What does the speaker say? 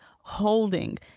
holding